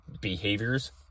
behaviors